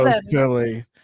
silly